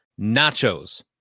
Nachos